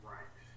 Right